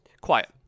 quiet